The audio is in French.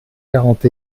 quarante